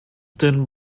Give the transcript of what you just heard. turn